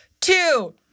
two